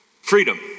Freedom